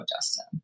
justin